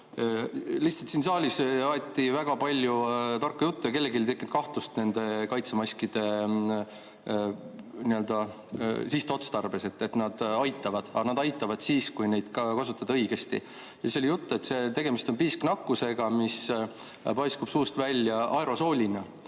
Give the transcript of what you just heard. Lihtsalt siin saalis aeti väga palju tarka juttu ja kellelgi ei tekkinud kahtlust nende kaitsemaskide nii-öelda sihtotstarbes, et nad aitavad. Aga nad aitavad siis, kui neid kasutada õigesti. Siis oli juttu, et tegemist on piisknakkusega, mis paiskub suust välja aerosoolina